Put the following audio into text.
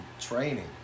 training